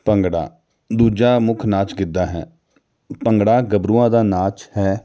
ਭੰਗੜਾ ਦੂਜਾ ਮੁੱਖ ਨਾਚ ਗਿੱਧਾ ਹੈ ਭੰਗੜਾ ਗੱਭਰੂਆਂ ਦਾ ਨਾਚ ਹੈ